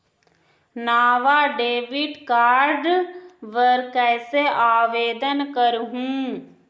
नावा debit card बर कैसे आवेदन करहूं?